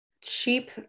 Cheap